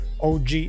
OG